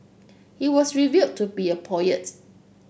he was revealed to be a poets